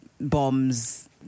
bombs